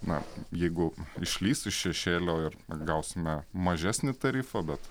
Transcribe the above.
na jeigu išlįs iš šešėlio ir gausime mažesnį tarifą bet